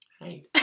Hey